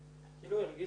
מההזמנה.